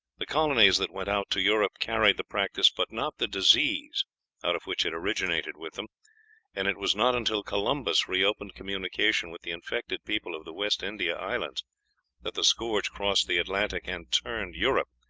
the colonies that went out to europe carried the practice but not the disease out of which it originated with them and it was not until columbus reopened communication with the infected people of the west india islands that the scourge crossed the atlantic and turned europe,